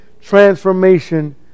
transformation